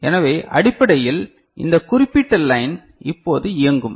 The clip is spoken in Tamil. எனவே அடிப்படையில் இந்த குறிப்பிட்ட லைன் இப்போது இயங்கும்